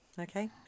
Okay